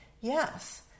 Yes